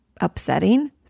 upsetting